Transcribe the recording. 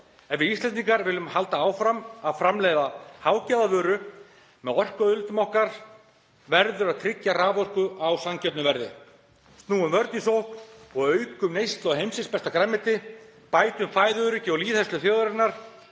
Ef við Íslendingar viljum halda áfram að framleiða hágæðavöru með orkuauðlindum okkar verður að tryggja raforku á sanngjörnu verði. Snúum vörn í sókn og aukum neyslu á heimsins besta grænmeti. Bætum fæðuöryggi og lýðheilsu þjóðarinnar.